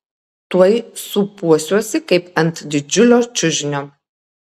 tuoj sūpuosiuosi kaip ant didžiulio čiužinio